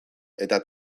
eta